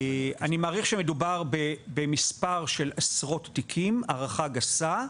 אני מעריך שמדובר במספר של עשרות תיקים בהערכה גסה,